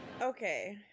Okay